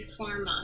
pharma